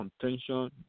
contention